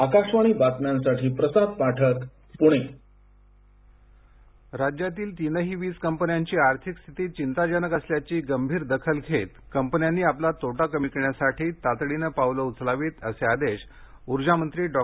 आकाशवाणी बातम्यांसाठी प्रसाद पाठक प्णे वीज राज्यातील तीनही वीज कंपन्यांची आर्थिक स्थिती चिंताजनक असल्याची गंभीर दखल घेत कंपन्यांनी आपला तोटा कमी करण्यासाठी तातडीनं पावले उचलावीत असे आदेश ऊर्जामंत्री डॉ